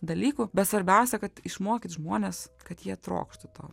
dalykų bet svarbiausia kad išmokyt žmones kad jie trokštų to